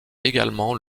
également